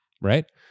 right